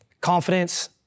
confidence